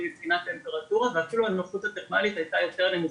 מבחינת הטמפרטורות ואפילו הנוחות הייתה יותר נמוכה,